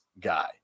guy